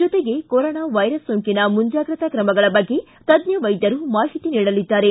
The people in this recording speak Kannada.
ಜೊತೆಗೆ ಕೊರೊನಾ ವೈರಸ್ ಸೋಂಕಿನ ಮುಂಜಾಗ್ರತಾ ಕ್ರಮಗಳ ಬಗ್ಗೆ ತಜ್ಞ ವೈದ್ಯರು ಮಾಹಿತಿ ನೀಡಲಿದ್ದಾರೆ